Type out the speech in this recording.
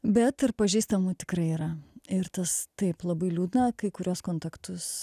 bet ir pažįstamų tikrai yra ir tas taip labai liūdna kai kuriuos kontaktus